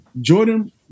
Jordan